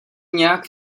nijak